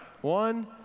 one